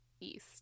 East